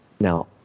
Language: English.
Now